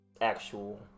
actual